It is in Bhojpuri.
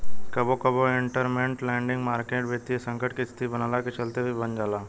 कबो कबो इंटरमेंट लैंडिंग मार्केट वित्तीय संकट के स्थिति बनला के चलते भी बन जाला